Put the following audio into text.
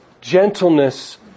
gentleness